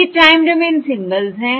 ये time domain symbols हैं